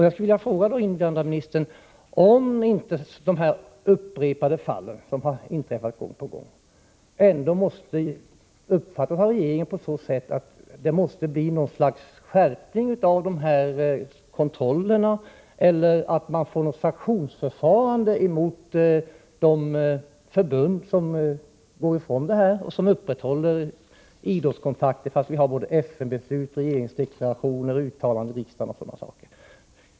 Jag vill fråga invandrarministern om ändå inte dessa fall, som inträffat gång på gång, måste leda till att regeringen skärper kontrollen eller får till stånd något slags sanktionsförfarande mot de förbund som trots FN-beslut, regeringsdeklarationer, riksdagsuttalanden osv. upprätthåller idrottskontakter av aktuell typ.